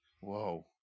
Whoa